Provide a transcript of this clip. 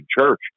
church